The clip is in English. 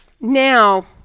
Now